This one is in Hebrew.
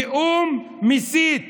נאום מסית.